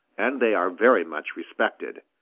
and they are very much respected.